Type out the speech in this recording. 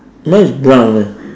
mine is brown leh